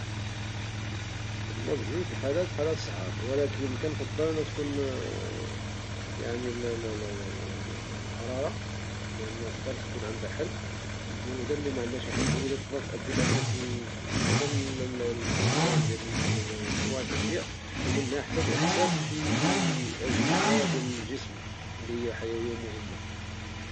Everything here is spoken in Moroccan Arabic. هما بجوج د الحالات حالات صعاب، ولكن كنفضل الحرارة لأن تقدر تكون عندها حل، أما البرودة لي معنداش حل وتقدر تأدي حتال الفقدان ديال مجموعة د الأشياء ومنها حتى الإحساس ديال شي أجهزة في الجسم لي هي حيوية و مهمة.